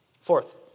Fourth